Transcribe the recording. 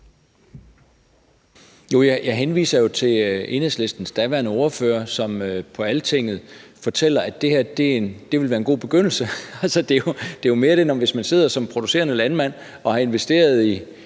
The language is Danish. Jeg henviser til Enhedslistens daværende ordfører, som på Altinget fortæller, at det her vil være en god begyndelse. Det er jo mere det, at når man sidder som producerende landmand og har investeret i